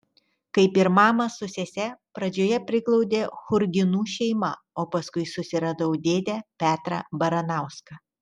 kaip ir mamą su sese pradžioje priglaudė churginų šeima o paskui susiradau dėdę petrą baranauską